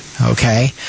Okay